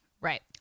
Right